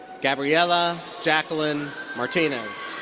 gabriela jacqueline martinez.